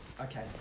Okay